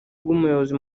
rw’umuyobozi